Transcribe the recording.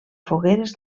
fogueres